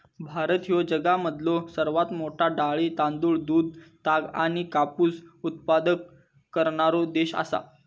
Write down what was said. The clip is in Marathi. भारत ह्यो जगामधलो सर्वात मोठा डाळी, तांदूळ, दूध, ताग आणि कापूस उत्पादक करणारो देश आसा